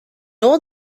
old